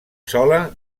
sola